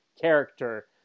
character